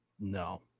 No